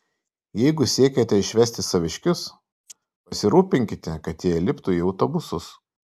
jeigu siekiate išvesti saviškius pasirūpinkite kad jie įliptų į autobusus